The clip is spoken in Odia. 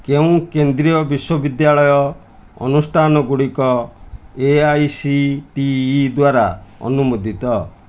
କେଉଁ କେନ୍ଦ୍ରୀୟ ବିଶ୍ୱବିଦ୍ୟାଳୟ ଅନୁଷ୍ଠାନଗୁଡ଼ିକ A I C T E ଦ୍ଵାରା ଅନୁମୋଦିତ